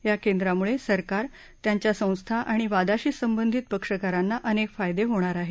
या केंद्रामुळे सरकार त्यांच्या संस्था आणि वादाशी संबंधित पक्षकारांना अनेक फायदे होणार आहेत